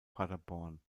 paderborn